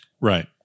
Right